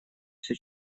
все